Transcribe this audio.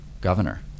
governor